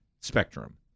spectrum